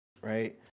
right